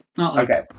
Okay